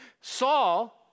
Saul